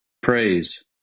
Praise